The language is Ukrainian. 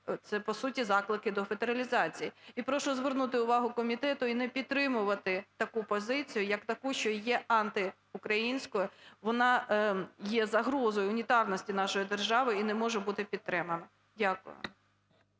це, по суті, заклики до федералізації. І прошу звернути увагу комітету і не підтримувати таку позицію як таку, що є антиукраїнською, вона є загрозою унітарності нашої держави і не може бути підтримана. Дякую.